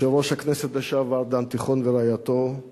יושב-ראש הכנסת לשעבר דן תיכון ורעייתו,